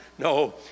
No